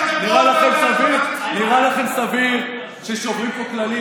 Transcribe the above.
נראה לכם סביר ששוברים פה כללים,